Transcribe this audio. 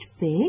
big